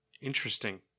Interesting